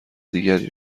دیگری